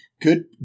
good